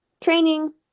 training